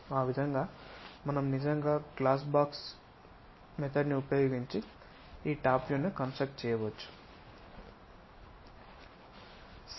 ఆ విధంగా మనం నిజంగా గ్లాస్ బాక్స్ ఉపయోగించి ఈ టాప్ వ్యూను కన్స్ట్రక్ట్ చేయవచ్చు